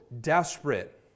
desperate